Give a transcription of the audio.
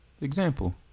Example